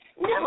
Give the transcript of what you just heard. No